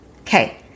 Okay